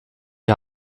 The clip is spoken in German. die